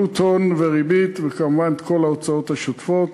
עלות הון וריבית, וכמובן את כל ההוצאות השוטפות.